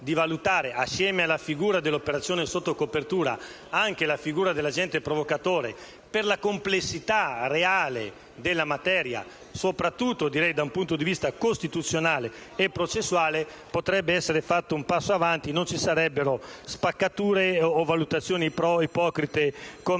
di valutare, assieme alla figura dell'operazione sotto copertura, anche la figura dell'agente provocatore, per la complessità reale della materia, soprattutto dal punto di vista costituzionale e processuale, potrebbe essere fatto un passo in avanti e non ci sarebbero spaccature o valutazioni ipocrite, com'è